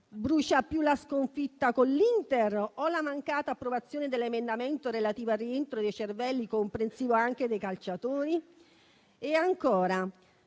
Brucia più la sconfitta con l'Inter o la mancata approvazione dell'emendamento relativo al rientro dei cervelli, comprensivo anche dei calciatori? E ancora,